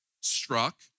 struck